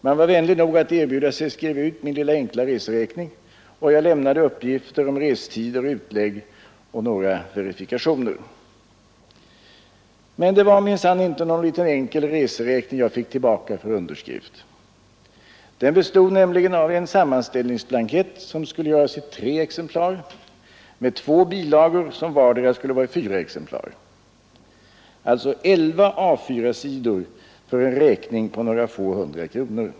Man var vänlig nog att erbjuda sig att skriva ut min lilla enkla reseräkning, och jag lämnade uppgifter om restider och utlägg samt några verifikationer. Men det var minsann inte någon liten enkel reseräkning jag fick tillbaka för underskrift. Den bestod nämligen av en sammanställningsblankett i tre exemplar med två bilagor, som vardera skulle vara i fyra exemplar — alltså 11 A4-sidor för en räkning på några få hundra kronor.